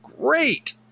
Great